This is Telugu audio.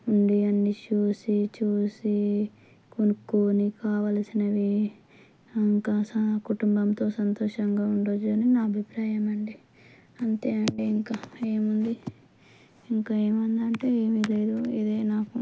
ఉండి అన్నీ చూసి చూసి కొనుక్కొని కావలసినవి ఇంకా స కుటుంబంతో సంతోషంగా ఉండవచ్చు అని నా అభిప్రాయం అండి అంతే అండి ఇంకా ఏముంది ఇంకా ఏముంది అంటే ఏమీ లేదు ఇదే నాకు